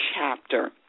chapter